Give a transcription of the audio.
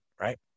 right